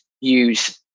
use